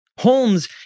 Holmes